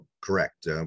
Correct